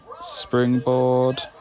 Springboard